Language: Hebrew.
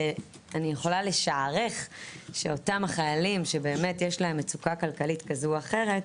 ואני יכולה לשערך שאותם החיילים שבאמת יש להם מצוקה כלכלית כזו או אחרת,